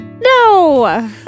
no